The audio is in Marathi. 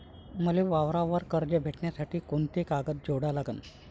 मले वावरावर कर्ज भेटासाठी कोंते कागद जोडा लागन?